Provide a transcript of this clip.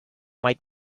might